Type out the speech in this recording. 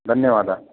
धन्यवादा